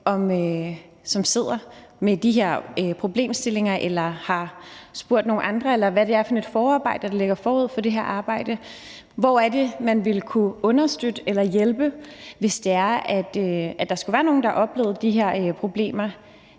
som sidder med de her problemstillinger, eller har spurgt nogle andre, eller hvad det er for et forarbejde, der ligger forud for det her arbejde. Hvor er det, man ville kunne understøtte eller hjælpe, hvis der skulle være nogle, der har oplevet de her problemer?